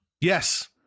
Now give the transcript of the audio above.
Yes